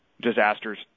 disasters